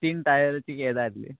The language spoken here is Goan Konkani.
तीन टायराची किदें जाय आसली